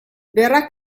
verrà